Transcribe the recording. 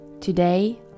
Today